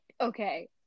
Okay